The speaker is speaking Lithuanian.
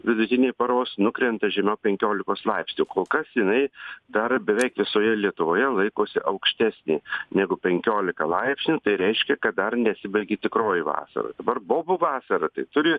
vidutinė paros nukrenta žemiau penkiolikos laipsnių kol kas jinai dar beveik visoje lietuvoje laikosi aukštesnė negu penkiolika laipsnių tai reiškia kad dar nesibaigė tikroji vasara dabar bobų vasara turi